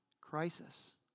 crisis